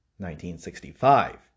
1965